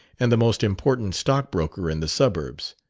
and the most important stockbroker in the suburbs.